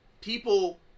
people